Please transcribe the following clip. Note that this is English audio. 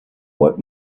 what